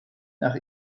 nach